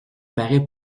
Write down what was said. paraît